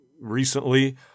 recently